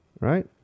Right